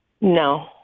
no